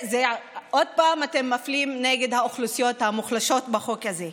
עוד פעם אתם מפלים את האוכלוסיות המוחלשות בחוק הזה.